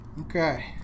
Okay